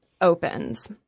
opens